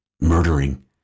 murdering